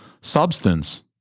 substance